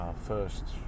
first